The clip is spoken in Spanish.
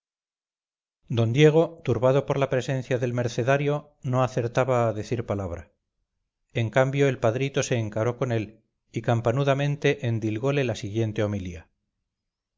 d diego turbado por la presencia del mercenario no acertaba a decir palabra en cambio el padrito se encaró con él y campanudamente endilgole la siguiente homilía